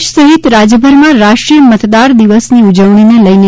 દેશ સહિત રાજ્યભરમાં રાષ્ટ્રીય મતદાર દિવસની ઊજવણી ને લઇને